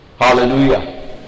hallelujah